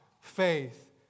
faith